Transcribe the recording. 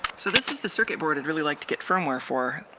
so this is the circuit board i'd really like to get firmware for.